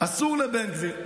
אסור לבן גביר.